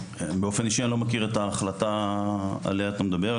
באופן אישי אני לא מכיר את ההחלטה עליה אתה מדבר.